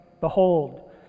Behold